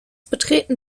betreten